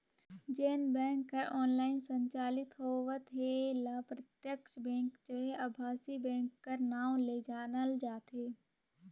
जेन बेंक ह ऑनलाईन संचालित होवत हे ल प्रत्यक्छ बेंक चहे अभासी बेंक कर नांव ले जानल जाथे